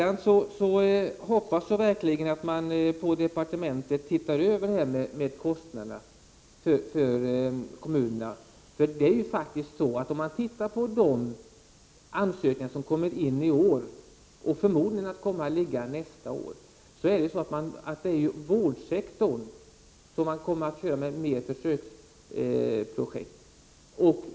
Jag hoppas verkligen att man på departementet ser över kostnaderna för kommunerna. Ser man på de ansökningar som har kommit in i år och som förmodligen kommer in nästa år, finner man att det är inom vårdsektorn som det kommer att göras fler försöksprojekt.